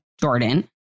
Jordan